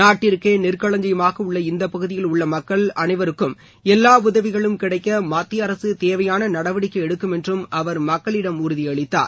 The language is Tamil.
நாட்டிற்கே நெற்களஞ்சியமாக உள்ள இந்த பகுதியில் உள்ள மக்கள் அனைவருக்கும் எல்லா உதவிகளும் கிடைக்க மத்திய அரசு தேவையான நடவடிக்கை எடுக்கும் என்றும் அவர் மக்களிடம் உறுதியளித்தார்